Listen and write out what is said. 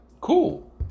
cool